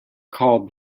call